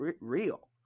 real